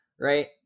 right